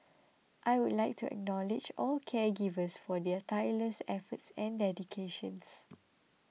I would like to acknowledge all caregivers for their tireless efforts and dedications